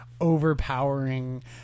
overpowering